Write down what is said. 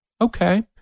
Okay